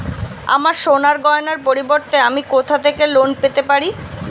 আমার সোনার গয়নার পরিবর্তে আমি কোথা থেকে লোন পেতে পারি?